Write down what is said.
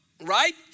Right